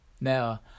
Now